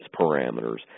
parameters